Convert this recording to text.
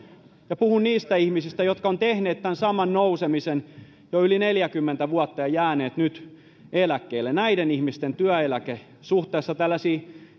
ja puhun niistä ihmisistä jotka ovat tehneet tämän saman nousemisen jo yli neljäkymmentä vuotta ja jääneet nyt eläkkeelle näiden ihmisten työeläke suhteessa tällaisiin